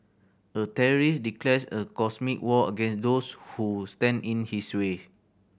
a terrorist declares a cosmic war against those who stand in his way